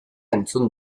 entzuna